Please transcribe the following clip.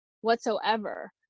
whatsoever